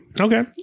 Okay